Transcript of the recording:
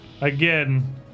again